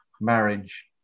marriage